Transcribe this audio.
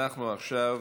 אנחנו עכשיו